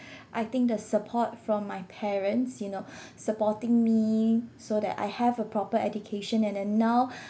I think the support from my parents you know supporting me so that I have a proper education and then now